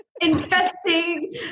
investing